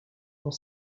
dont